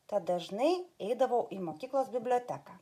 tad dažnai eidavau į mokyklos biblioteką